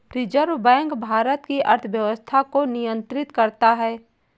reserve bank Bharat की अर्थव्यवस्था को नियन्त्रित करता है